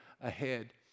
ahead